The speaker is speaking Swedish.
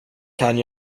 kan